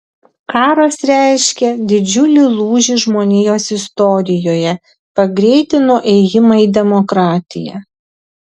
karas reiškė didžiulį lūžį žmonijos istorijoje pagreitino ėjimą į demokratiją